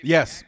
Yes